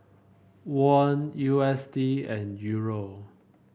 Won U S D and Euro